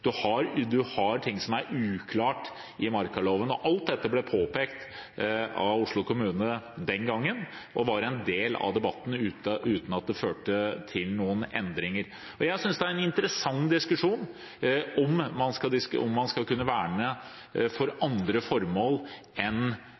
Alt dette ble påpekt av Oslo kommune den gangen og var en del av debatten, uten at det førte til noen endringer. Jeg synes det er en interessant diskusjon om man skal kunne verne for andre formål enn de rene naturverdiene. Jeg er til og med enig i – når det er snakk om det – at man